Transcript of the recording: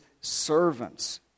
servants